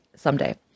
someday